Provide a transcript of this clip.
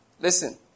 Listen